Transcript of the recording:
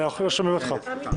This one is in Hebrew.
בבקשה.